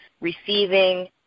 receiving